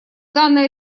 данное